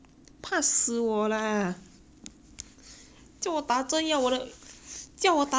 叫我打针要我的叫我打针要我的命 liao 还叫我坐在那边半小时